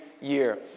year